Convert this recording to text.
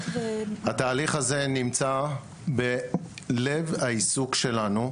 התהליך הזה נמצא בלב העיסוק שלנו,